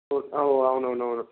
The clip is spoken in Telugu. ఓకే అవు అవునవును అవును